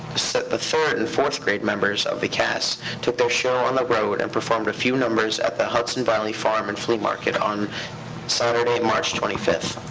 the third and fourth grade members of the cast took their show on the road and performed a few numbers at the hudson valley farm and flea market on saturday, march twenty fifth.